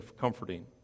comforting